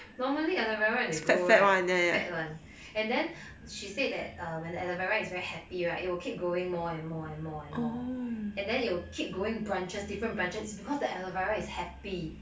normally aloe vera when they grow right is fat [one] and then she said that when the aloe vera is very happy right it will keep growing more and more and more and more and then it'll keep growing branches different branches because the aloe vera is happy ah